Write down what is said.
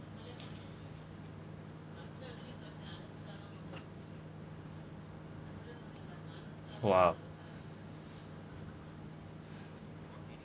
!wah!